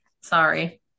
sorry